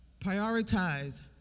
Prioritize